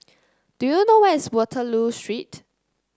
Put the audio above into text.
do you know where is Waterloo Street